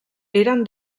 eren